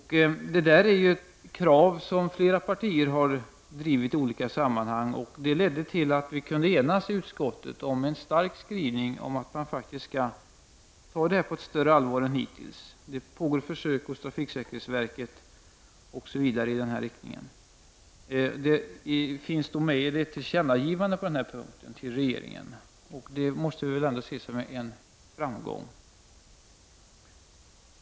Det är ett krav som flera partier har drivit i olika sammanhang, och det ledde till att vi kunde enas i utskottet om en stark skrivning om att man skall ta detta på större allvar än hittills. Det pågår försök hos trafiksäkerhetsverket osv. i den riktningen. Detta finns med i det tillkännagivande som utskottet vill att riksdagen skall göra till regeringen, och det måste ses som en framgång.